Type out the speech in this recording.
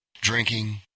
drinking